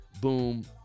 boom